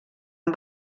amb